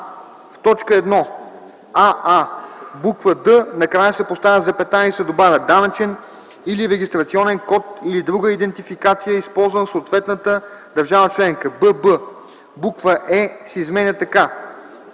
в т. 1: аа) в буква „д” накрая се поставя запетая и се добавя „данъчен или регистрационен код или друга идентификация, използвана в съответната държава членка”; бб) буква „е” се изменя така: